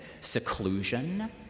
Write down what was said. seclusion